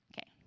okay